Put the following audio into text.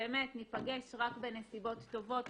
ושבאמת ניפגש רק בנסיבות טובות.